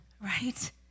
right